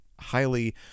highly